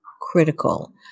critical